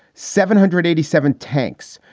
seven hundred eighty seven tanks.